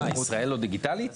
מה, ישראל לא דיגיטלית?